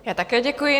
Já také děkuji.